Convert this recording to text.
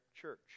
church